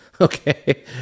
Okay